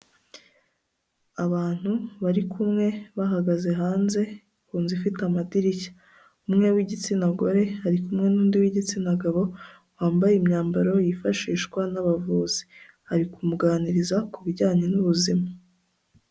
Abantu bari kumwe bahagaze hanze, ku nzu ifite amadirishya. Umwe w'igitsina gore ari kumwe n'undi w'igitsina gabo, wambaye imyambaro yifashishwa n'abavuzi. Ari kumuganiriza ku bijyanye n'ubuzima.